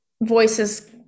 voices